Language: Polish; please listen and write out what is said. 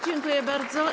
Dziękuję bardzo.